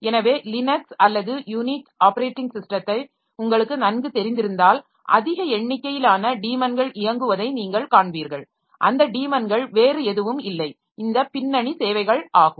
எனவே லினக்ஸ் அல்லது Unix operating ஸிஸ்டத்தை உங்களுக்கு நன்கு தெரிந்திருந்தால் அதிக எண்ணிக்கையிலான டீமன்கள் இயங்குவதை நீங்கள் காண்பீர்கள் அந்த டீமன்கள் வேறு எதுவும் இல்லை இந்த பின்னணி சேவைகள் ஆகும்